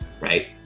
right